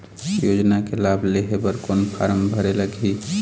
योजना के लाभ लेहे बर कोन फार्म भरे लगही?